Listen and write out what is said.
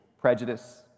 prejudice